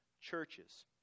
churches